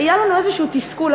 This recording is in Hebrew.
היה לנו איזשהו תסכול,